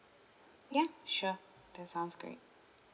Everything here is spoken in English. ya sure that sounds great